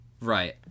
Right